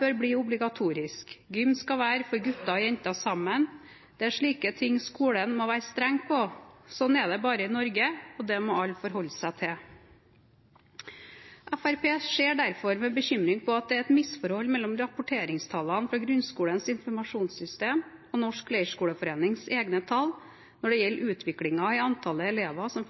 bør bli obligatorisk, gym skal være for gutter og jenter sammen. Det er slike ting skolen må være strenge på. Sånn er det bare i Norge og det må alle forholde seg til.» Fremskrittspartiet ser derfor med bekymring på at det er et misforhold mellom rapporteringstallene fra Grunnskolens Informasjonssystem og Norsk Leirskoleforenings egne tall når det gjelder utviklingen i antallet elever som